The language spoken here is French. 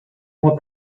mois